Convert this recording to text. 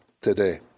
today